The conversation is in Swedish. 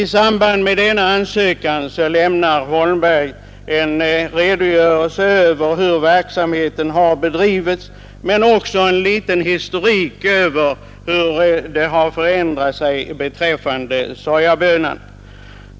I samband med denna ansökan lämnar Holmberg en redogörelse över hur verksamheten har bedrivits, men också en liten historik över hur arbetet förändrat sig beträffande sojabönan.